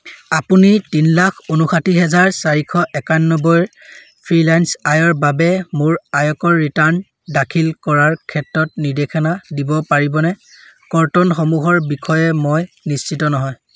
আপুনি তিনি লাখ ঊনষাঠি হেজাৰ চাৰিশ একানব্বৈ ফ্ৰিলান্স আয়ৰ বাবে মোৰ আয়কৰ ৰিটাৰ্ণ দাখিল কৰাৰ ক্ষেত্ৰত নিৰ্দেশনা দিব পাৰিবনে কৰ্তনসমূহৰ বিষয়ে মই নিশ্চিত নহয়